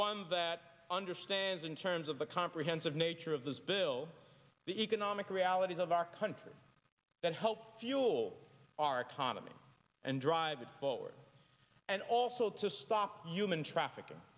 one that understands in terms of the comprehensive nature of this bill the economic realities of our country that help fuel our economy and drive it forward and also to stop human trafficking